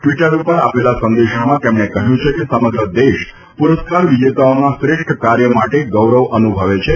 Twitter પર આપેલા સંદેશમાં તેમણે કહ્યું છે કે સમગ્ર દેશ પુરસ્કાર વિજેતાઓના શ્રેષ્ઠ કાર્ય માટે ગૌરવ અનુભવે છે